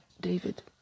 David